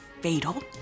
fatal